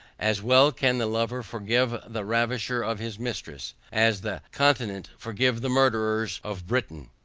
as well can the lover forgive the ravisher of his mistress, as the continent forgive the murders of britain.